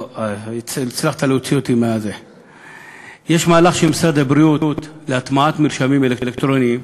יש מהלך של משרד הבריאות להטמעת מרשמים אלקטרוניים